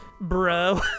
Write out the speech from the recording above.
bro